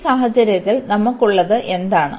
ഈ സാഹചര്യത്തിൽ നമുക്കുള്ളത് എന്താണ്